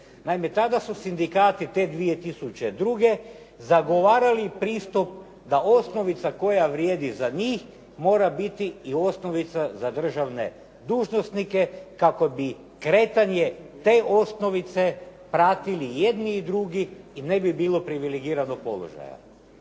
Naime, tada su sindikati te 2002. zagovarali pristup da osnovica koja vrijedi za njih mora biti i osnovica za državne dužnosnike kako bi kretanje te osnovice pratili i jedni i drugi i ne bi bilo privilegiranog položaja.